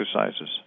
exercises